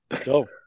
Dope